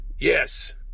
Yes